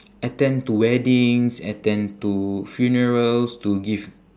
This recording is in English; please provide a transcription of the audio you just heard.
attend to weddings attend to funerals to give